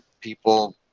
people